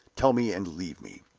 tell me, and leave me.